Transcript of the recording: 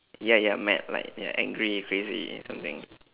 ya ya mad like ya angry crazy something